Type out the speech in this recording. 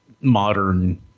Modern